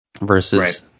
versus